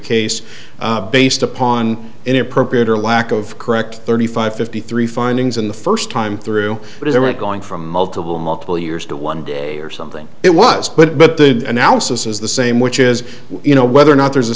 case based upon an appropriator lack of correct thirty five fifty three findings in the first time through what is a right going from multiple multiple years to one day or something it was but the analysis is the same which is you know whether or not there's a